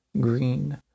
green